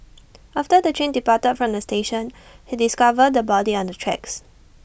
after the train departed from the station he discovered the body on the tracks